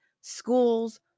schools